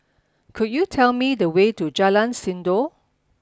could you tell me the way to Jalan Sindor